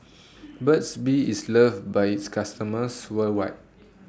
Burt's Bee IS loved By its customers worldwide